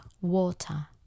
water